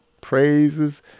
Praises